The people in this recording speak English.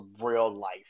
real-life